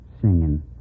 singing